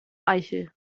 eichel